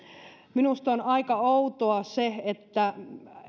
minusta on aika outoa se että